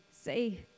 say